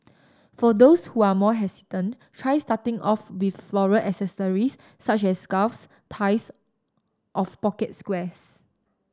for those who are more hesitant try starting off with floral accessories such as scarves ties of pocket squares